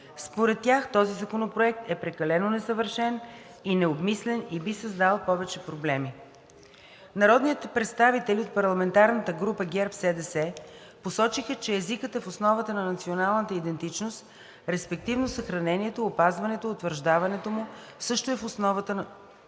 Според тях този законопроект е прекалено несъвършен и необмислен и би създал повече проблеми. Народните представители от парламентарната група ГЕРБ- СДС посочиха, че езикът е в основата на националната идентичност, респективно съхранението, опазването, утвърждаването му също е в основата на